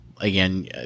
Again